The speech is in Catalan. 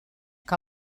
que